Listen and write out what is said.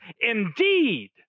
indeed